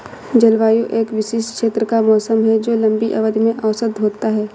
जलवायु एक विशिष्ट क्षेत्र का मौसम है जो लंबी अवधि में औसत होता है